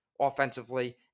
offensively